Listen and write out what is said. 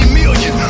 million